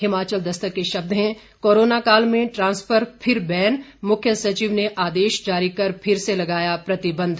हिमाचल दस्तक के शब्द हैं कोरोनाकाल में ट्रांसफर फिर बैन मुख्य सचिव ने आदेश जारी कर फिर से लगाया प्रतिबंध